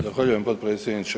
Zahvaljujem potpredsjedniče.